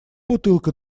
бутылка